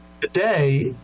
Today